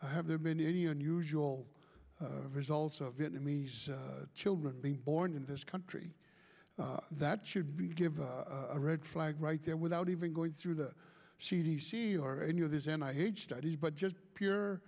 have there been any unusual results of vietnamese children being born in this country that should be given a red flag right there without even going through the c d c or any of these and i hate studies but just pure